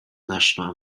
national